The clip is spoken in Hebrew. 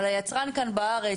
אבל היצרן כאן בארץ,